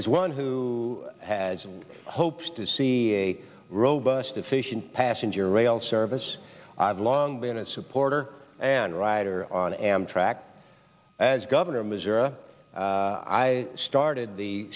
as one who has hopes to see a robust efficient passenger rail service i've long been a supporter and rider on amtrak as governor of missouri i started the